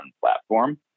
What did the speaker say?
platform